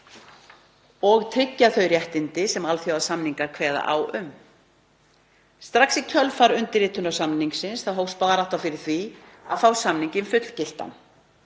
og tryggja þau réttindi sem alþjóðasamningar kveða á um. Strax í kjölfar undirritunar samningsins hófst barátta fyrir því að fá samninginn fullgiltan